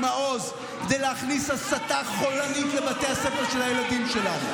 מעוז כדי להכניס הסתה חולנית לבתי הספר של הילדים שלנו.